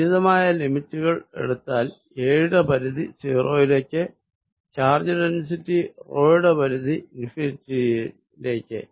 ഉചിതമായ ലിമിറ്റ് കൾ എടുത്താൽ a യുടെ പരിധി 0 യിലേക്ക് ഈ ചാർജ് ഡെന്സിറ്റി യുടെ പരിധി ഇൻഫിനിറ്റിയിലേക്ക്